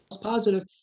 positive